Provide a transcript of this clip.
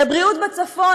לבריאות בצפון,